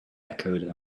echoed